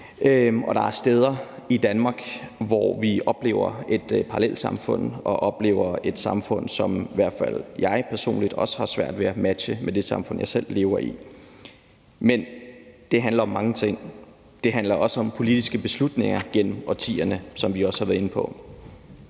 og der er steder i Danmark, hvor vi oplever et parallelsamfund og oplever et samfund, som i hvert fald jeg personligt også har svært ved at matche med det samfund, jeg selv lever i. Men det handler om mange ting. Det handler også om politiske beslutninger gennem årtier, som vi også har været inde på.